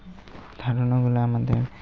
ধারণাগুলো আমাদের